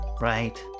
Right